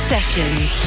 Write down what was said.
Sessions